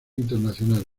internacional